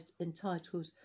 entitled